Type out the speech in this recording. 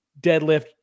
deadlift